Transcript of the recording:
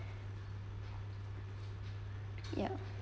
ya